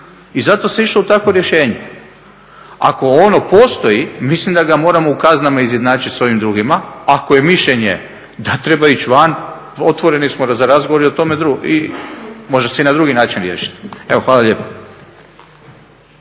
i zato se išlo u takvo rješenje. Ako ono postoji mislim da ga moramo u kaznama izjednačiti sa ovim drugima. Ako je mišljenje da treba ići van otvoreni smo za razgovor i o tome drugome, može se i na drugi način riješiti. Evo, hvala lijepo.